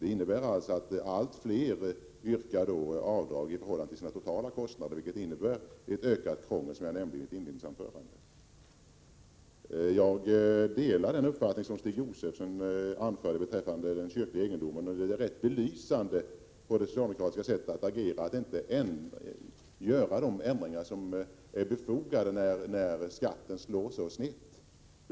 Det innebär alltså att allt fler yrkar avdrag i förhållande till sina totala kostnader, vilket innebär ett ökat krångel, som jag nämnde i mitt inledningsanförande. Jag delar den uppfattning som Stig Josefson framförde beträffande den kyrkliga egendomen. Det är ganska belysande för det socialdemokratiska sättet att agera att inte göra de ändringar som är befogade när nu skatten slår så snett.